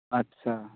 आच्चा